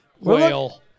Whale